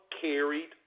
carried